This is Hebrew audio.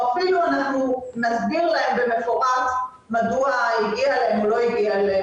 איך שזה נראה כרגע, מצב הקורונה הופך להיות חלק